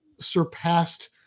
surpassed